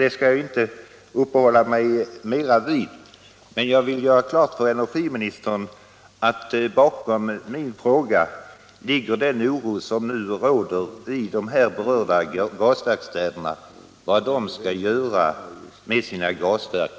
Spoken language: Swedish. Jag skall inte uppehålla mig längre vid denna tolkningsfråga, utan vill bara göra klart för energiministern att bakom min fråga ligger den oro de berörda gasverksstäderna hyser när det gäller vad de skall göra med sina gasverk.